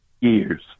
years